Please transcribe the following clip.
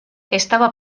estaba